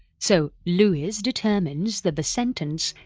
so, lewis determines that the sentence,